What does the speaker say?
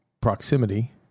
proximity